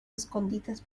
escondites